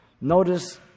Notice